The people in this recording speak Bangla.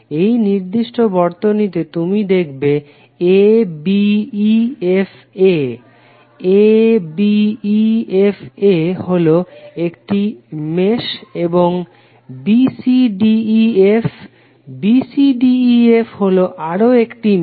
এই নির্দিষ্ট বর্তনীতে তুমি দেখবে abefa abefa হলো একটি মেশ এবং bcdef bcdef হলো আরও একটি মেশ